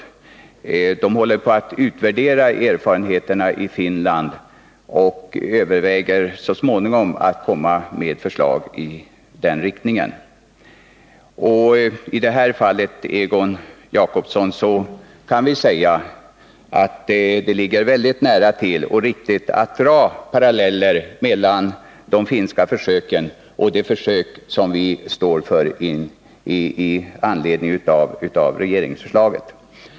Jag vill säga att man håller på att utvärdera erfarenheterna i Finland, och man överväger att så småningom lägga fram förslag i denna riktning. I det här fallet, Egon Jacobsson, ligger det väldigt nära till hands att dra paralleller mellan de finska försöken och det försök som vi skall fatta beslut om med anledning av regeringsförslaget.